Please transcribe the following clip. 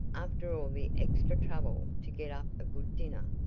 after all the extra trouble to get up a good dinner,